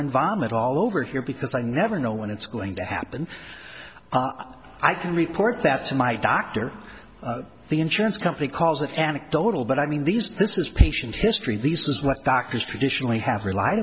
environment all over here because i never know when it's going to happen i can report that to my doctor the insurance company calls it anecdotal but i mean these this is patient history this is what doctors traditionally have rel